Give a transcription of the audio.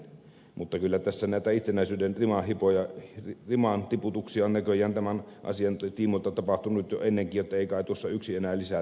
mutta kyllä tässä näitä itsenäisyyden riman tiputuksia on näköjään tämän asian tiimoilta tapahtunut jo ennenkin joten ei kai tuossa yksi enää lisää tee mitään